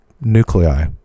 nuclei